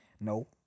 No